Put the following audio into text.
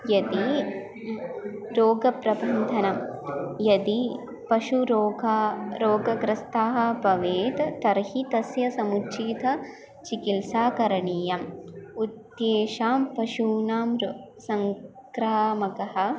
यदि रोगप्रबन्धनं यदि पशुरोगाः रोगग्रस्ताः बवेत् तर्हि तस्य समुचितचिकित्सा करणीया अन्येषां पशूनां रोगसङ्क्रामकः